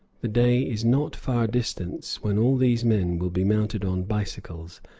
the day is not far distant when all these men will be mounted on bicycles,